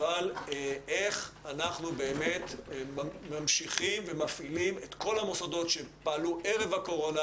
אבל איך אנחנו באמת ממשיכים ומפעילים את כל המוסדות שפעלו ערב הקורונה